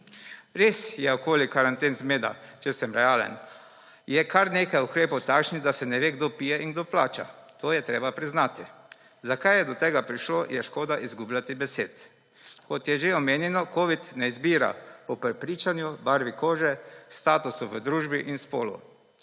Res je okoli karanten zmeda, če sem realen. Je kar nekaj ukrepov takšnih, da se ne ve, kdo pije in kdo plača. To je treba priznati. Zakaj je do tega prišlo, je škoda izgubljati besed. Kot je že omenjeno, covid ne izbira po prepričanju, barvi kože, statusu v družbi in spolu,